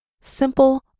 simple